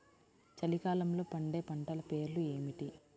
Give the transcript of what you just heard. చలికాలంలో పండే పంటల పేర్లు ఏమిటీ?